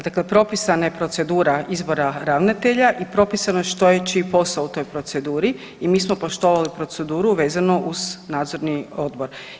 Dakle, propisana je procedura izbora ravnatelja i propisano je što je čiji posao u toj proceduri i mi smo poštovali proceduru vezano uz nadzorni odbor.